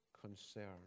concern